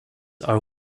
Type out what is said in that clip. are